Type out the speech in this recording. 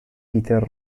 peter